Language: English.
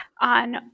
on